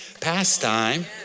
pastime